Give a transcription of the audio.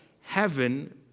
heaven